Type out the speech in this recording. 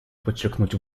подчеркнуть